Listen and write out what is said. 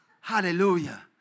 Hallelujah